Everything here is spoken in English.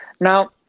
now